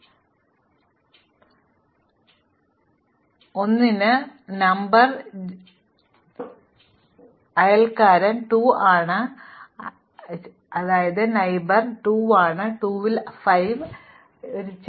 അതിനാൽ ഞങ്ങൾ പതിവുപോലെ ശീർഷകം 1 ൽ ആരംഭിക്കുന്നു അതിനാൽ 1 ന് സ number ജന്യ നമ്പർ 0 ഉണ്ട് അത് ഏറ്റവും ചെറിയ അയൽക്കാരൻ 2 ആണ് ഏറ്റവും ചെറിയ അയൽക്കാരിൽ 2 ഉം 5 ഉം ഏറ്റവും ചെറിയ അയൽക്കാരൻ 5 ഉം 6 ഉം ഏറ്റവും ചെറിയ അയൽക്കാരനും 6 ന്റെ 7 ആണ് ഇപ്പോൾ 7 ൽ നിന്ന് ഔട്ട് ഗോയിങ് അരികുകളില്ല